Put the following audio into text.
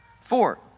Four